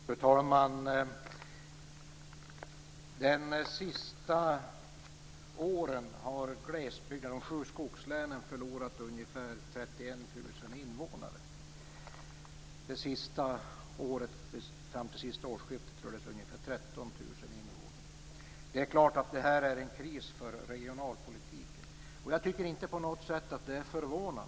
Fru talman! Under de senaste åren har skogslänen förlorat ungefär 31 000 invånare. Under det föregående året rörde det sig om ungefär 13 000 invånare. Det är klart att det här är en kris för regionalpolitiken. Jag tycker inte heller att den på något sätt är förvånande.